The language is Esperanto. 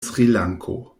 srilanko